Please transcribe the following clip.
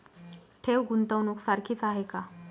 ठेव, गुंतवणूक सारखीच आहे का?